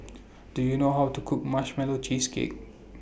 Do YOU know How to Cook Marshmallow Cheesecake